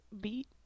beat